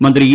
മന്ത്രി ഇ